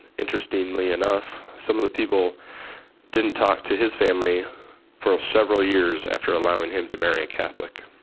interestingly enough, some of the people didn't talk to his family for ah several years after allowing him to marry a catholic.